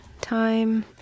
time